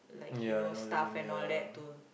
ya I know you've been ya